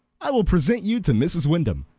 i will present you to mrs. wyndham.